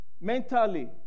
mentally